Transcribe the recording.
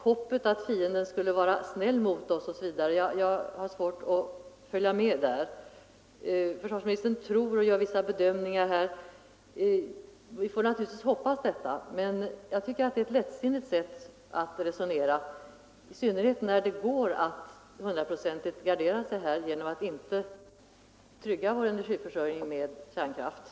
Hoppet att fienden skulle vara snäll mot oss osv. har jag svårt att förstå. Försvarsministern ”tror” och ”gör vissa bedömningar” här. Vi får naturligtvis hoppas att han får rätt, men jag tycker det är ett lättsinnigt sätt att resonera, i synnerhet som det går att hundraprocentigt gardera sig genom att inte använda kärnkraft för att trygga vär energiförsörjning.